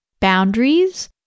boundaries